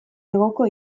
hegoko